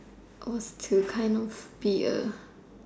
of to kind of be A